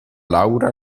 laura